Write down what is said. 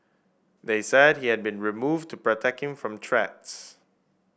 they said he had been removed to protect him from threats